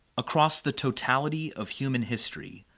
across the totality of human history,